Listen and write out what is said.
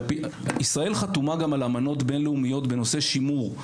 ישראל חתומה גם על אמנות בין לאומיות בנושא שימור.